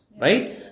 right